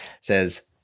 says